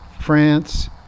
France